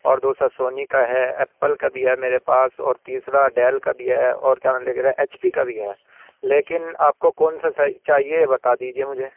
اور دوسرا سونی کا ہے ایپل کا بھی ہے میرے پاس اور تیسرا ڈیل کا بھی ہے اور کیا نام ایچ پی کا بھی ہے لیکن آپ کو کون سا چاہیے یہ بتا دیجیے مجھے